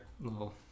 little